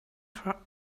for